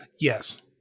Yes